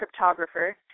cryptographer